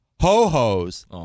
Ho-Ho's